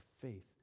faith